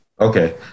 Okay